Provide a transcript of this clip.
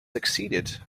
succeeded